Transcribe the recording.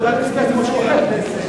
אני בדקתי עם מזכיר הכנסת.